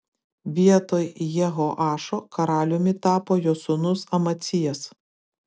vietoj jehoašo karaliumi tapo jo sūnus amacijas